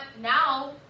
Now